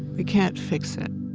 we can't fix it